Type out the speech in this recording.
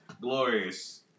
Glorious